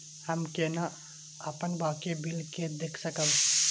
हम केना अपन बाकी बिल के देख सकब?